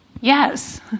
yes